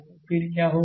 तो फिर क्या होगा